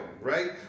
right